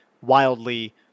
wildly